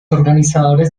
organizadores